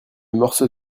morceau